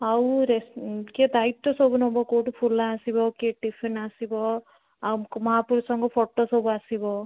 ଆଉ କିଏ ଦାୟିତ୍ୱ ସବୁ ନବ କେଉଁଠୁ ଫୁଲ ଆସିବ କି ଟିଫିନ୍ ଆସିବ ଆଉ ମହାପୁରୁଷଙ୍କ ଫଟୋ ସବୁ ଆସିବ